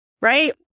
right